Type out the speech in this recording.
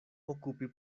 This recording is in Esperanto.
okupi